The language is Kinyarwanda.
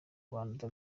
rwanda